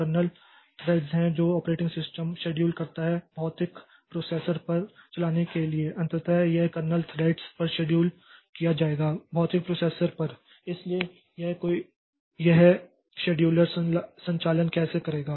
kernel threads हैं जो operating system schedule करता है भौतिक प्रोसेसर पर चलाने के लिए अंततः यह कर्नेल थ्रेड्स पर शेड्यूल किया जाएगा भौतिक प्रोसेसर पर इसलिए कि यह शेड्यूलर संचालन कैसे करेगा